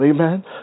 Amen